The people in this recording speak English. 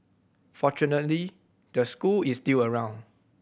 fortunately the school is still around